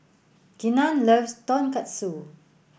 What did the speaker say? Keenan loves Tonkatsu